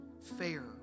fair